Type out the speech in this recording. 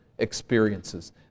experiences